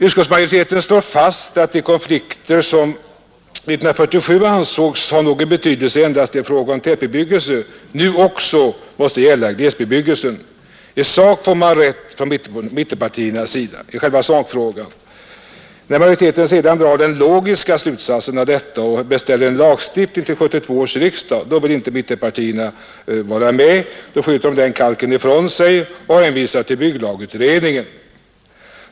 Utskottsmajoriteten slår fast att de konflikter som 1947 ansågs ha betydelse endast i fråga om tätbebyggelse nu också mäste gälla glesbebyggelse. I själva sakfrågan får man instämmande från mittenpartiernas sida. När majoriteten sedan drar den logiska slutsatsen av detta och beställer en lagstiftning till 1972 års riksdag vill mittenpartierna inte vara med, då skjuter de den kalken ifrån sig och hänvisar till bygglagutredningen.